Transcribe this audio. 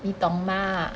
你懂吗